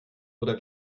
oder